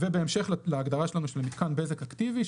בהמשך להגדרה שלנו שהוא מתקן בזק אקטיבי,